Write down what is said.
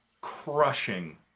crushing